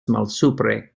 malsupre